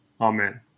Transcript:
Amen